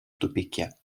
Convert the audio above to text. тупике